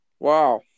wow